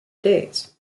days